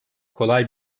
kolay